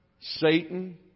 Satan